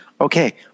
okay